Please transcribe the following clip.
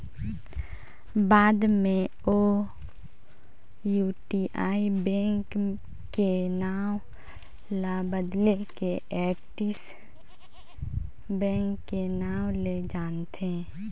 बाद मे ओ यूटीआई बेंक के नांव ल बदेल के एक्सिस बेंक के नांव ले जानथें